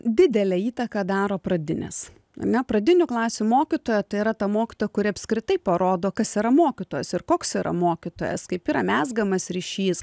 didelę įtaką daro pradinės ar ne pradinių klasių mokytoja tai yra ta mokytoja kuri apskritai parodo kas yra mokytojas ir koks yra mokytojas kaip yra mezgamas ryšys